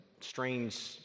strange